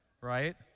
right